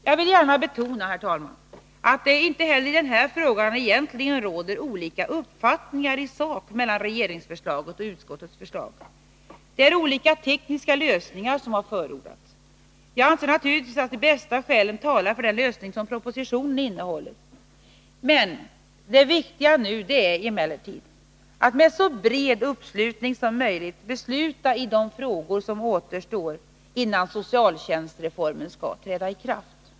Jag vill gärna betona, herr talman, att det inte heller i den här frågan egentligen råder olika uppfattningar i sak mellan regeringsförslaget och utskottets förslag. Det är olika tekniska lösningar som har förordats. Jag anser naturligtvis att de bästa skälen talar för den lösning som propositionen innehåller. Det viktiga nu är emellertid att med så bred uppslutning som möjligt besluta i de frågor som återstår innan socialtjänstreformen skall träda i kraft.